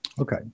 Okay